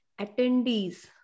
attendees